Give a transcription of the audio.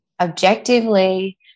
objectively